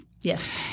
Yes